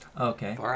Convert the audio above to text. Okay